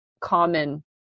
common